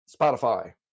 Spotify